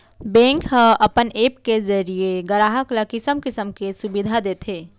bank ह अपन app के जरिये गराहक ल किसम किसम के सुबिधा देत हे